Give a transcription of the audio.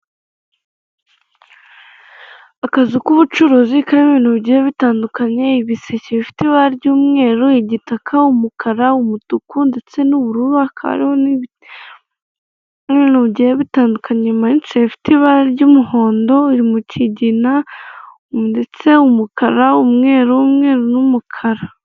Akazu k'ubucuruzi karimo ibintu bigiye bitandukanye, ibiseke bifite ibara ry'umweru, igitaka, umukara, umutuku, ndetse n'ubururu, hakaba hariho n'ibintu bigiyebitandukanye bimanitse bifite ibara ry'umuhondo biri mu ,kigina ndetse umukara, umweru n'umukara.